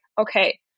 okay